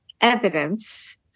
evidence